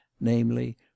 namely